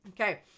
Okay